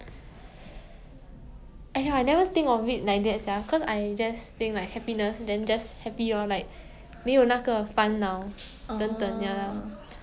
!aiya! I never think of it like that sia cause I just think like happiness then just happy lor like 没有那个烦恼等等 ya